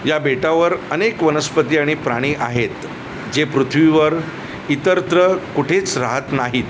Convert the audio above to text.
या बेटावर अनेक वनस्पती आणि प्राणी आहेत जे पृथ्वीवर इतरत्र कुठेच राहात नाहीत